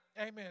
Amen